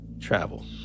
travel